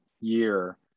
year